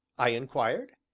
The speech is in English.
i inquired.